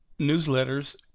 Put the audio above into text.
newsletters